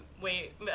Wait